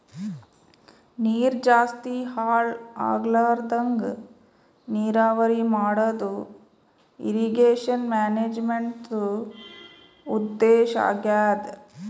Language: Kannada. ನೀರ್ ಜಾಸ್ತಿ ಹಾಳ್ ಆಗ್ಲರದಂಗ್ ನೀರಾವರಿ ಮಾಡದು ಇರ್ರೀಗೇಷನ್ ಮ್ಯಾನೇಜ್ಮೆಂಟ್ದು ಉದ್ದೇಶ್ ಆಗ್ಯಾದ